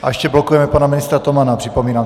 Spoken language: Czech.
Ještě blokujeme pana ministra Tomana, připomínám.